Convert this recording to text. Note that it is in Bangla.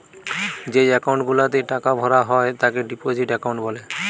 যেই একাউন্ট গুলাতে টাকা ভরা হয় তাকে ডিপোজিট একাউন্ট বলে